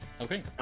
okay